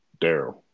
Daryl